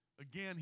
again